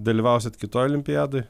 dalyvausit kitoj olimpiadoj